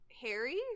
Harry